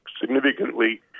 significantly